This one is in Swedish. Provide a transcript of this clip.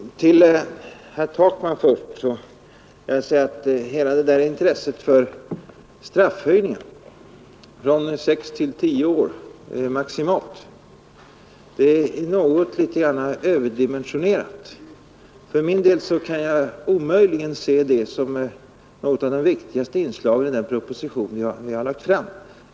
Herr talman! Till herr Takman vill jag säga att hela intresset för straffhöjningen från 6 till 10 år maximalt är något överdimensionerat. För min del kan jag omöjligen se den som ett av de viktigaste inslagen i den proposition jag har lagt fram.